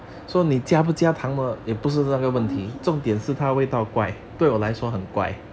corn tea